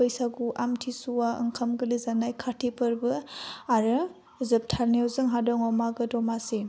बैसागु आमथिसुवा ओंखाम गोरलै जानाय खाति फोरबो आरो जोबथारनायाव जोंहा दङ मागो दमासि